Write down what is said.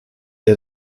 der